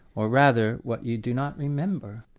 or rather, what you do not remember.